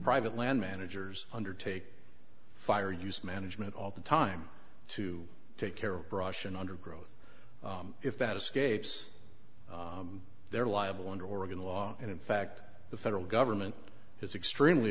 private land managers undertake fire use management all the time to take care of brush and undergrowth if that escapes they're liable under oregon law and in fact the federal government is extremely